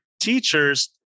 teachers